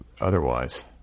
otherwise